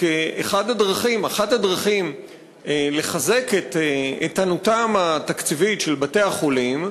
אחת הדרכים לחזק את עלותם התקציבית של בתי-החולים,